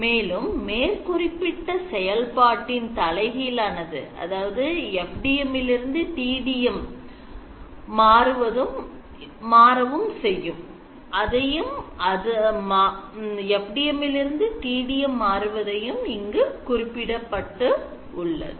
மேலும் மேற்குறிப்பிட்ட செயல்பாட்டின் தலை கீழான FDM இல் இருந்து TDM இருக்கு மாறுவது குறிப்பிடப்பட்டுள்ளது